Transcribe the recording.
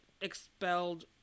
expelled